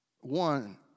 one